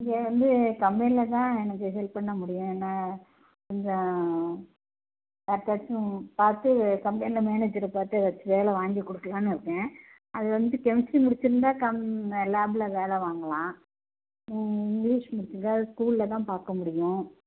இங்கே வந்து கம்பெனியில தான் எனக்கு ஹெல்ப் பண்ண முடியும் ஏன்னா கொஞ்சம் யார்ட்டையாச்சும் பார்த்து கம்பெனியில மேனேஜரை பார்த்து வச்சு வேலை வாங்கி கொடுக்கலானு இருக்கேன் அது வந்து கெமிஸ்ட்ரி முடிச்சிருந்தால் கம் லேப்பில வேலை வாங்கலாம் நீ இங்கிலிஷ் முடிச்சிருக்க ஸ்கூலில் தான் பார்க்க முடியும்